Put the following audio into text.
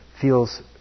feels